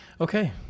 Okay